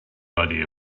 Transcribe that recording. idea